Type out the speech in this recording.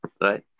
right